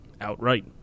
Outright